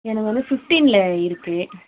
எனக்கு வந்து ஃபிஃப்ட்டீனில் இருக்கு